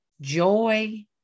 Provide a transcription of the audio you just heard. joy